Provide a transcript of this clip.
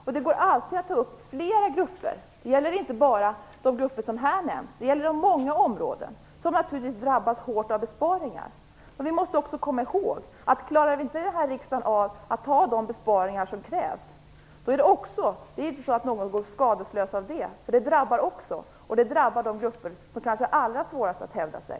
Och det går alltid att ta upp flera grupper - det gäller inte bara de grupper som här har nämnts. Det finns naturligtvis på många områden grupper som drabbas hårt av besparingar. Vi måste också komma ihåg att klarar inte riksdagen av att fatta beslut om de besparingar som krävs drabbar det också - det är inte så att alla hålls skadeslösa av det. Det drabbar de grupper som kanske har allra svårast att hävda sig.